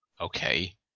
Okay